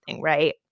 Right